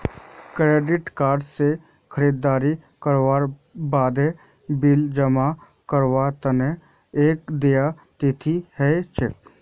credit card स खरीददारी करवार बादे बिल जमा करवार तना एक देय तिथि ह छेक